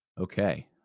Okay